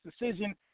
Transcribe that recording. decision